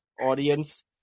audience